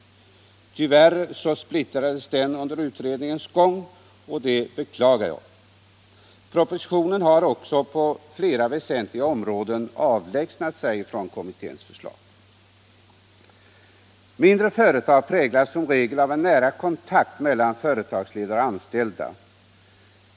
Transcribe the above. Tyvärr splittrades den under utredningens gång, och det beklagar jag. Propositionen har därefter på Nera väsentliga områden avlägsnat sig från kommiuéns förslag. Mindre företag präglas som regel av nära kontakt mellan företagsledare ällda.